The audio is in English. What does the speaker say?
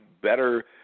better –